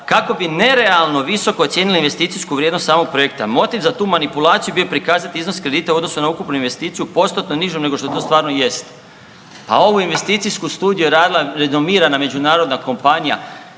kako bi nerealno visoko ocijenili investicijsku vrijednost samog projekta. Motiv za tu manipulaciju bio je prikazati iznos kredita u odnosu na ukupnu investiciju postotno nižu nego što to stvarno i jest, a ovu investiciju studiju je radila renomirana međunarodna kompanija.